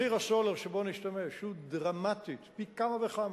מחיר הסולר שבו נשתמש הוא דרמטית, פי כמה וכמה,